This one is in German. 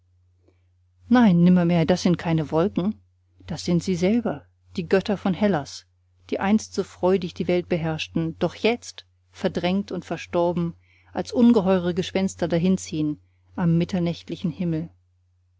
nein nimmermehr das sind keine wolken das sind sie selber die götter von hellas die einst so freudig die welt beherrschten doch jetzt verdrängt und verstorben als ungeheure gespenster dahinziehn am mitternächtlichen himmel